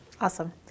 Awesome